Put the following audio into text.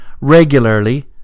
regularly